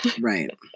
Right